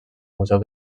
museu